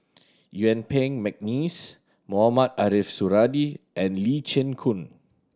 Yuen Peng McNeice Mohamed Ariff Suradi and Lee Chin Koon